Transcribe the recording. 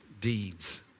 deeds